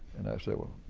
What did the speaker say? and i said, well,